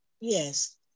Yes